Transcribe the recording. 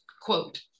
quote